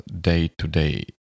day-to-day